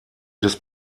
des